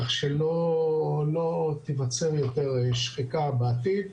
כך שלא תיווצר יותר שחיקה בעתיד,